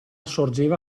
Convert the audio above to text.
sorgeva